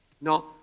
No